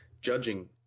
judging